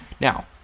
Now